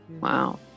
Wow